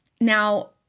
Now